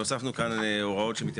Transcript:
אם במגדל הזה ירצו להקים חדר שנאים,